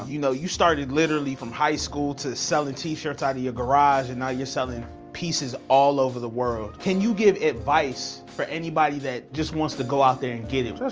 you know. you started literally from high school to selling t-shirts out of your garage and now you're selling pieces all over the world. can you give advice for anybody that just wants to go out there and get it.